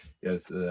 yes